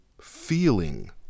feeling